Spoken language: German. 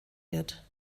wird